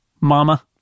Mama